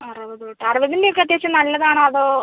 അറുപത് തൊട്ട് അറുപതിൻ്റെ ഒക്കെ അത്യാവശ്യം നല്ലതാണോ അതോ